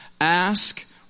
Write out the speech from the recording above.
Ask